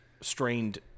strained